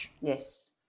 Yes